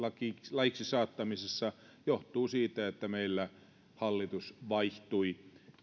laiksi saattamisessa johtuu siitä että meillä hallitus vaihtui